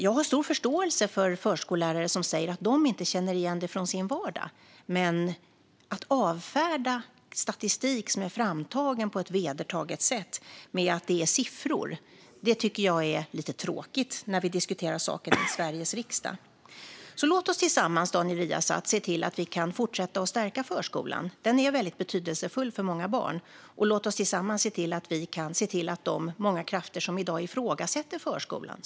Jag har stor förståelse för förskollärare som säger att de inte känner igen det från sin vardag. Men att avfärda statistik som är framtagen på ett vedertaget sätt med att det är siffror tycker jag är lite tråkigt när vi diskuterar saken i Sveriges riksdag. Låt oss tillsammans, Daniel Riazat, se till att vi kan fortsätta att stärka förskolan. Den är väldigt betydelsefull för många barn. Låt oss tillsammans se till att motverka de många krafter som i dag ifrågasätter förskolan.